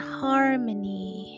harmony